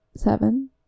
Seven